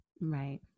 Right